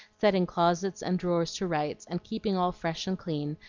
setting closets and drawers to rights, and keeping all fresh and clean,